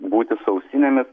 būti su ausinėmis